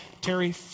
Terry